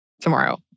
tomorrow